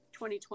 2020